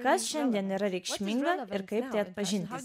kas šiandien yra reikšminga ir kaip tai atpažinti